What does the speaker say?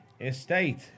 estate